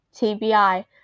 tbi